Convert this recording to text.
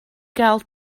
gael